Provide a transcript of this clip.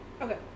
Okay